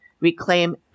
Reclaim